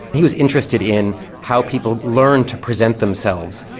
he was interested in how people learn to present themselves.